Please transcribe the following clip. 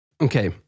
okay